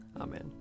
Amen